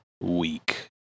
week